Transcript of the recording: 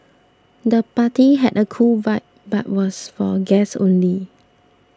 the party had a cool vibe but was for guests only